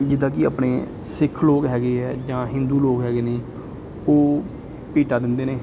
ਜਿੱਦਾਂ ਕਿ ਆਪਣੇ ਸਿੱਖ ਲੋਕ ਹੈਗੇ ਆ ਜਾਂ ਹਿੰਦੂ ਲੋਕ ਹੈਗੇ ਨੇ ਉਹ ਭੇਟਾ ਦਿੰਦੇ ਨੇ